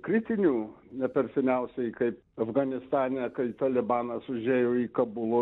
kritinių ne per seniausiai kaip afganistane kai talibanas užėjo į kabulo